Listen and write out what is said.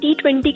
T20